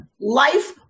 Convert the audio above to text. life